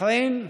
בחריין,